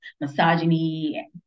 misogyny